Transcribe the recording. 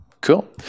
Cool